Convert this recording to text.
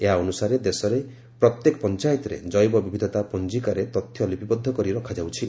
ଏହା ଅନୁସାରେ ଦେଶର ପ୍ରତ୍ୟେକ ପଞ୍ଚାୟତରେ କ୍ଜୈବ ବିବିଧତା ପଞ୍ଜିକାରେ ତଥ୍ୟ ଲିପିବଦ୍ଧ କରି ରଖାଯାଉଛି